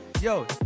Yo